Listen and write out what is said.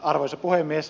arvoisa puhemies